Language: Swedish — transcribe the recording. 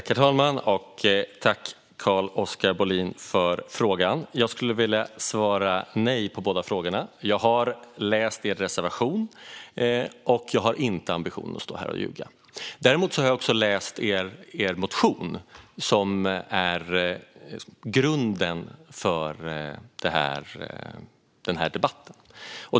Herr talman! Tack för dina frågor, Carl-Oskar Bohlin! Jag skulle vilja svara nej på båda. Jag har läst er reservation, och jag har inte ambitionen att stå här och ljuga. Däremot har jag även läst er motion, som utgör grunden för den här debatten.